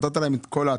נתת להן את כל ההטבות.